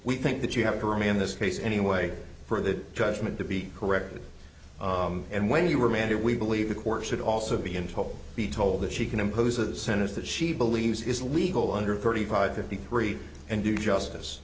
we think that you have to remain in this case anyway for the judgment to be corrected and when you were man do we believe the court should also be in total be told that she can impose a sentence that she believes is legal under thirty five fifty three and do